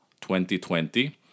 2020